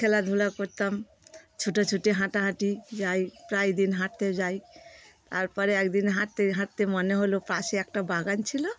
খেলাধুলা করতাম ছুটাছুটি হাঁটাহাঁটি যাই প্রায় দিন হাঁটতে যাই তারপরে একদিন হাঁটতে হাঁটতে মনে হল পাশে একটা বাগান ছিলো